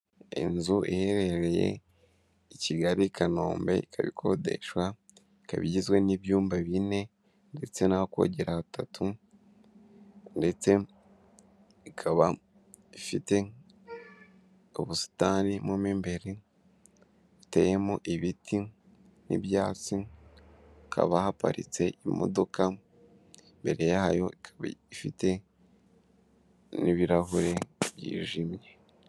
Inzu iherereye i Kigali Kanombe ikaba ikodeshwa, ikaba igizwe n'ibyumba bine ndetse n'aho kogera hatatu ndetse ikaba ifite ubusitani mo mw'imbere buteyemo ibiti n'ibyatsi, hakaba haparitse imodoka imbere yayo ikaba ifite n'ibirahure byijimye.